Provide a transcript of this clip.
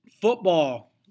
Football